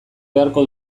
beharko